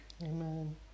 Amen